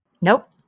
Nope